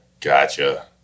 Gotcha